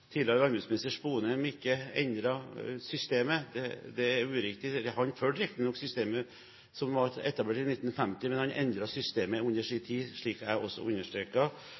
tidligere landbruksminister Sponheim ikke endret systemet. Det er uriktig. Han fulgte riktignok systemet som var etablert i 1950, men han endret systemet under sin tid, slik jeg også